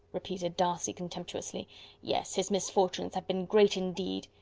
repeated darcy contemptuously yes, his misfortunes have been great indeed.